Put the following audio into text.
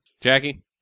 Jackie